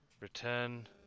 Return